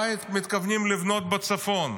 מה מתכוונים לבנות בצפון?